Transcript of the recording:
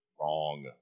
wrong